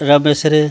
रमेश रे